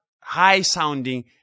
high-sounding